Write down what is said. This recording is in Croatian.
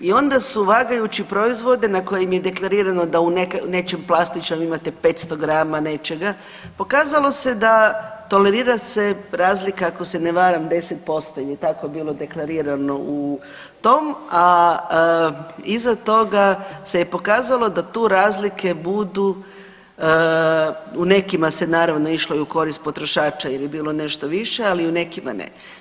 I onda su vagajući proizvode na kojima je deklarirano da u nečem plastičnom imate 500 grama nečega pokazalo se da tolerira se razlika ako se ne varam 10% je tako bilo deklarirano u tom, a iza toga se pokazalo da tu razlike budu u nekima se naravno išlo i u korist potrošača jer je bilo nešto više, ali u nekima ne.